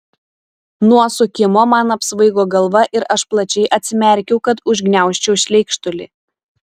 nuo sukimo man apsvaigo galva ir aš plačiai atsimerkiau kad užgniaužčiau šleikštulį